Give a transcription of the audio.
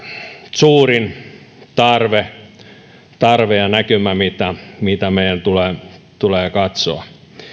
suurin tarve tarve ja näkymä mitä mitä meidän tulee tulee katsoa